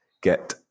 get